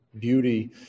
Beauty